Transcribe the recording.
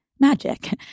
magic